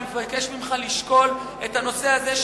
אני מבקש ממך לשקול את הנושא הזה.